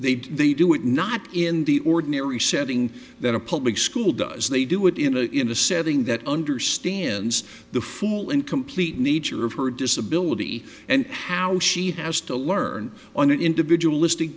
that they do do they not in the ordinary setting that a public school does they do it in a in a setting that understands the full and complete needs her of her disability and how she has to learn on an individual istic